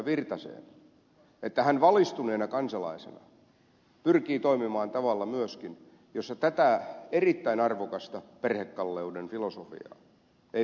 virtaseen että hän valistuneena kansalaisena pyrkii toimimaan myöskin tavalla jossa tätä erittäin arvokasta perhekalleuden filosofiaa ei päästettäisi hukkaamaan